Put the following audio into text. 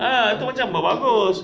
ah tu macam baru bagus